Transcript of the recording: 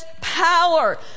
power